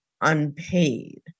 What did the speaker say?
unpaid